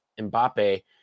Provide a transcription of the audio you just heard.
Mbappe